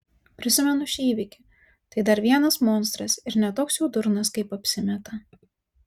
prisimenu šį įvykį tai dar vienas monstras ir ne toks jau durnas kaip apsimeta